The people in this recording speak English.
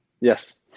Yes